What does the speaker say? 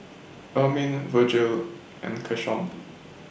Ermine Vergil and Keshawn